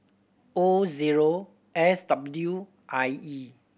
O zero S W I E